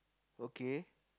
okay